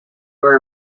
were